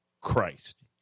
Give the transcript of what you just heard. Christ